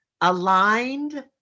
aligned